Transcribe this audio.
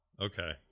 okay